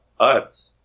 Utz